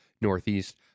Northeast